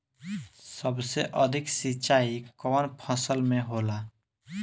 सबसे अधिक सिंचाई कवन फसल में होला?